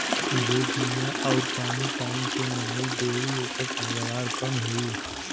जे बिया आउर पानी टाइम से नाई देई ओकर पैदावार कम होई